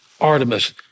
Artemis